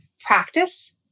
practice